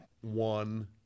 one